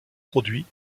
produits